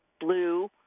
blue